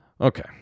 okay